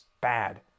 Bad